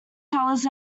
colours